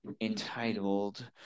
entitled